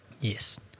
Yes